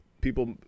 people